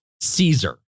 Caesar